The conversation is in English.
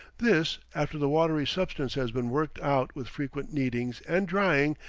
this, after the watery substance has been worked out with frequent kneadings and drying,